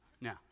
Now